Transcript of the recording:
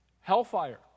Hellfire